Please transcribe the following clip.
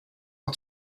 out